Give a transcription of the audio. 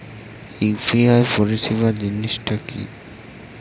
UPI পরিসেবা জিনিসটা কি?